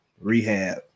rehab